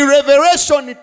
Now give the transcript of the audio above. Revelation